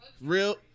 real